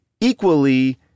equally